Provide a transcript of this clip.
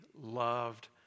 loved